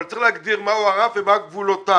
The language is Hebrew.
אבל צריך להגדיר מהו הרף ומה גבולותיו.